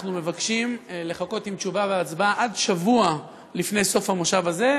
אנחנו מבקשים לחכות עם תשובה והצבעה עד שבוע לפני סוף המושב הזה.